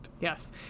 Yes